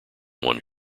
one